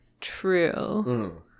true